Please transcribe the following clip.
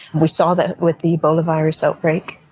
we saw that with the ebola virus outbreak.